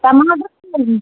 ٹماٹر